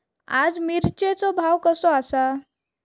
आज मिरचेचो भाव कसो आसा?